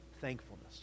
thankfulness